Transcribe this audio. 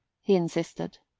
he insisted.